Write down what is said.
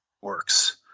works